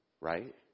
right